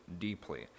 deeply